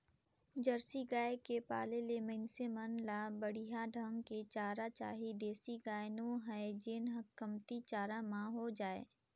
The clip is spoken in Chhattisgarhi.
जरसी गाय के पाले ले मइनसे मन ल बड़िहा ढंग के चारा चाही देसी गाय नो हय जेन कमती चारा म हो जाय